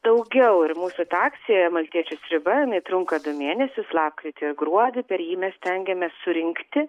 daugiau ir mūsų ta akcija maltiečių sriuba jinai trunka du mėnesius lapkritį gruodį per jį mes stengiamės surinkti